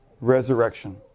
resurrection